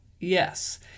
Yes